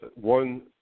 one